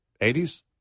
80s